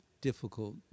difficult